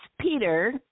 Peter